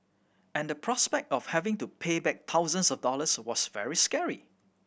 and the prospect of having to pay back thousands of dollars was very scary